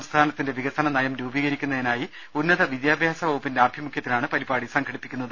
സംസ്ഥാ നത്തിന്റെ വികസന നയം രൂപീകരിക്കുന്നതിനായി ഉന്നത വിദ്യാഭ്യാസ വകു പ്പിന്റെ ആഭിമുഖൃത്തിലാണ് പരിപാടി സംഘടിപ്പിക്കുന്നത്